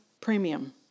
premium